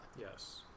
Yes